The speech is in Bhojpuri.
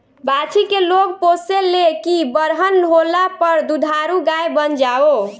बाछी के लोग पोसे ले की बरहन होला पर दुधारू गाय बन जाओ